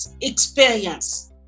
experience